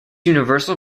universal